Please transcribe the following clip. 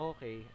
Okay